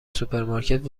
سوپرمارکت